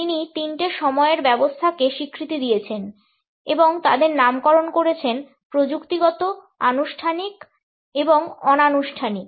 তিনি তিনটি সময়ের ব্যবস্থাকে স্বীকৃতি দিয়েছেন এবং তাদের নামকরণ করেছেন প্রযুক্তিগত আনুষ্ঠানিক এবং অনানুষ্ঠানিক